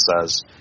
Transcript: says